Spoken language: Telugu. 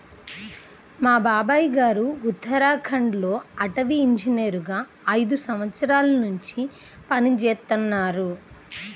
మా బాబాయ్ గారు ఉత్తరాఖండ్ లో అటవీ ఇంజనీరుగా ఐదు సంవత్సరాల్నుంచి పనిజేత్తన్నారు